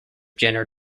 jenner